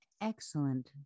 Excellent